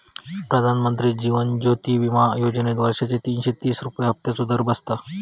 प्रधानमंत्री जीवन ज्योति विमा योजनेत वर्षाचे तीनशे तीस रुपये हफ्त्याचो दर बसता